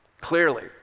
clearly